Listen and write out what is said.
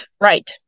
right